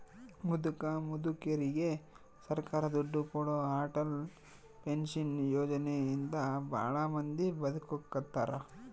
ಮುದುಕ ಮುದುಕೆರಿಗೆ ಸರ್ಕಾರ ದುಡ್ಡು ಕೊಡೋ ಅಟಲ್ ಪೆನ್ಶನ್ ಯೋಜನೆ ಇಂದ ಭಾಳ ಮಂದಿ ಬದುಕಾಕತ್ತಾರ